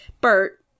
Bert